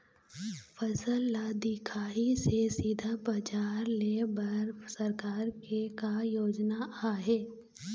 फसल ला दिखाही से सीधा बजार लेय बर सरकार के का योजना आहे?